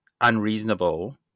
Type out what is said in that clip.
unreasonable